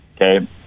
Okay